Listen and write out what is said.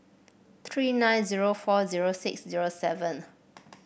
three nine zero four zero six zero seven